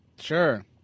Sure